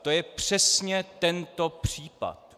To je přesně tento případ.